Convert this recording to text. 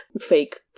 Fake